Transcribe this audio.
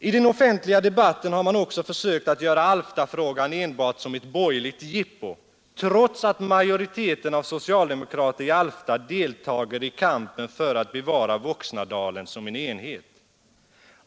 I den offentliga debatten har man också försökt att göra Alftafrågan enbart till ett borgerligt jippo, trots att majoriteten av socialdemokrater i Alfta deltar i kampen för att bevara Voxnadalen som en enhet.